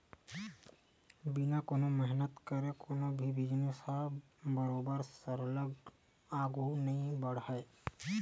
बिना कोनो मेहनत करे कोनो भी बिजनेस ह बरोबर सरलग आघु नइ बड़हय